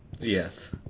Yes